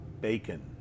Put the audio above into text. Bacon